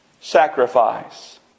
sacrifice